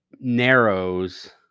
narrows